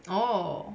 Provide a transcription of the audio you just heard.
oh